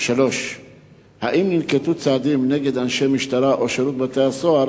3. האם ננקטו צעדים נגד אנשי משטרה או שירות בתי-הסוהר